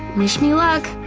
wish me luck!